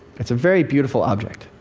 it's a very beautiful object,